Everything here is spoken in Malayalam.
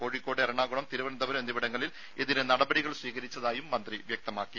കോഴിക്കോട് എറണാകുളം തിരുവനന്തപുരം എന്നിവിടങ്ങളിൽ ഇതിന് നടപടികൾ സ്വീകരിച്ചതായും മന്ത്രി വ്യക്തമാക്കി